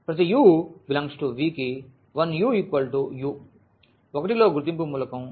ప్రతి u∈V కి 1u u 1 లో గుర్తింపు మూలకం